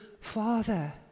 father